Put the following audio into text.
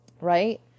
right